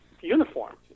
uniform